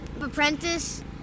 apprentice